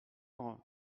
prendre